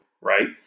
right